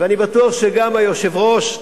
ואני בטוח שגם היושב-ראש,